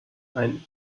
ein